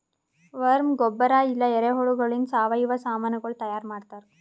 worm ಗೊಬ್ಬರ ಇಲ್ಲಾ ಎರೆಹುಳಗೊಳಿಂದ್ ಸಾವಯವ ಸಾಮನಗೊಳ್ ತೈಯಾರ್ ಮಾಡ್ತಾರ್